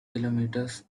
kilometres